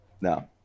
No